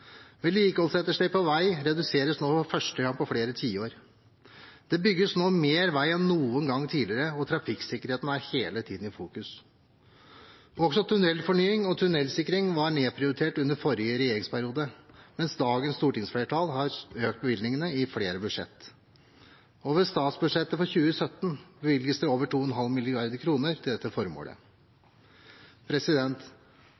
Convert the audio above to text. på vei reduseres nå for første gang på flere tiår. Det bygges nå mer vei enn noen gang tidligere, og trafikksikkerheten er hele tiden i fokus. Også tunnelfornying og tunnelsikring var nedprioritert under forrige regjeringsperiode, mens dagens stortingsflertall har økt bevilgningene i flere budsjetter. Over statsbudsjettet for 2017 bevilges det over 2,5 mrd. kr til dette